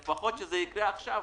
אז לפחות שזה יקרה עכשיו,